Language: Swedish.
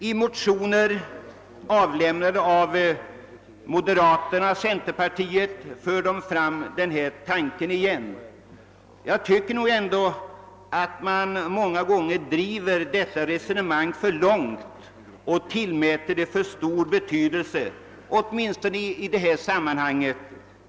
I motioner avlämnade av moderaterna och centerpartisterna förs denna tanke fram även denna gång. Jag tycker att man många gånger driver resonemanget om nollzonerna för långt och tillmäter dem för stor betydelse, åtminstone i detta sammanhang.